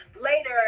later